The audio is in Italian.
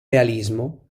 realismo